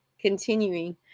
Continuing